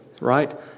right